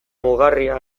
mugarria